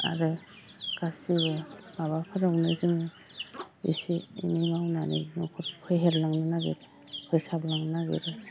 आरो गासैबो माबाफोरावनो जों इसे एनै मावनानै न'खर फेहेरलांनो नागिरो फोसाबलांनो नागिरो आरो